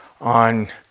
on